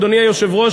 אדוני היושב-ראש,